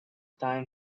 time